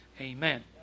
Amen